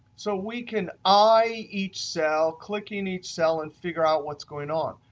so we can eye each cell, clicking each cell and figure out what's going on.